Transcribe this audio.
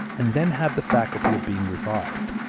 and then have the faculty of being revived,